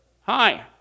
hi